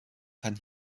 kann